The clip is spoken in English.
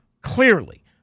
Clearly